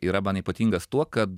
yra man ypatingas tuo kad